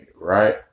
right